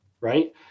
right